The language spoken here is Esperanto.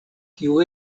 kiu